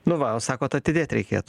nu va o sakot atidėt reikėt